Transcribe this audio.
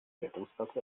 rettungsgasse